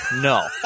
No